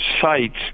sites